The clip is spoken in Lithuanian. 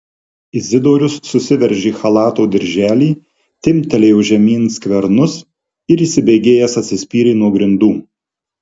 izidorius susiveržė chalato dirželį timptelėjo žemyn skvernus ir įsibėgėjęs atsispyrė nuo grindų